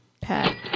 pet